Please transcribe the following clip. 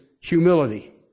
humility